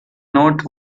not